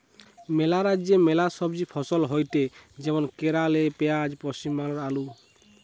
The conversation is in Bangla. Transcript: ম্যালা রাজ্যে ম্যালা সবজি ফসল হয়টে যেমন কেরালে পেঁয়াজ, পশ্চিম বাংলায় আলু